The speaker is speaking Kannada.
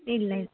ಇಲ್ಲ ಇಲ್ಲ